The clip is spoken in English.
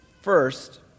First